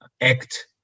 act